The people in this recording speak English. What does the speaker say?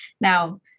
Now